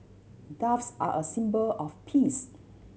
doves are a symbol of peace